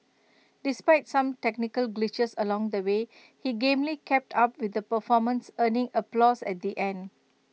despite some technical glitches along the way he gamely kept up with the performance earning applause at the end